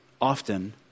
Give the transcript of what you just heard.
often